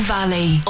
Valley